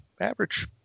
average